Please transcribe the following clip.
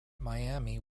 miami